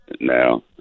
now